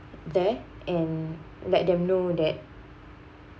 there and let them know that